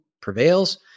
prevails